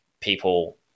people